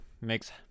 makes